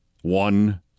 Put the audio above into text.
One